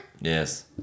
Yes